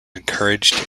encouraged